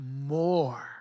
more